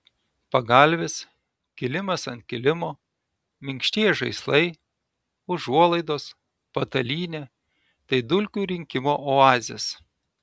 pagalvės kilimas ant kilimo minkštieji žaislai užuolaidos patalynė tai dulkių rinkimo oazės